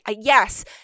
Yes